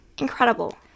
Incredible